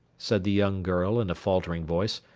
said the young girl, in a faltering voice,